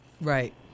Right